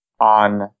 on